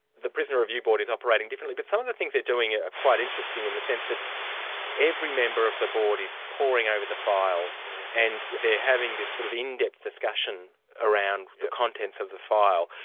the prisoner review board is operating differently, but some of the things they're doing are quite interesting, in the sense that every member of the board is poring over the file and they're having this sort of in-depth discussion around the contents of the file.